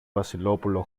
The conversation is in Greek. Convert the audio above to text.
βασιλόπουλο